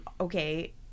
okay